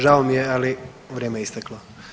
Žao mi je, ali, vrijeme je isteklo.